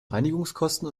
reinigungskosten